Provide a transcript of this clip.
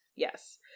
Yes